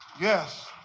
Yes